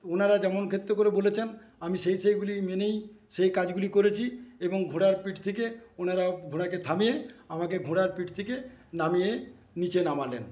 ওনারা যেমন ক্ষেত্র করে বলেছেন আমি সেই সেইগুলি মেনেই সেই কাজগুলি করেছি এবং ঘোড়ার পিঠ থেকে ওনারা ঘোড়াকে থামিয়ে আমাকে ঘোড়ার পিঠ থেকে নামিয়ে নিচে নামালেন